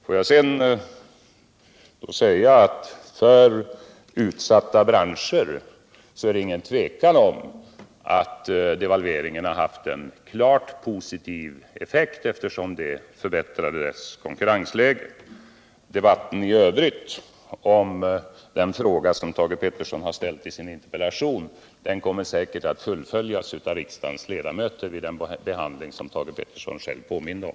Får jag sedan säga att det inte råder något tvivel om att devalveringen haft en klart positiv effekt för utsatta branscher, eftersom det förbättrat deras konkurrensläge. kommer säkerligen att fullföljas av riksdagens ledamöter vid den behandling som Thage Peterson själv påminde om.